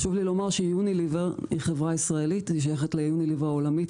חשוב לי לומר שיוניליוור היא חברה ישראלית שייכת ליוניליוור העולמית,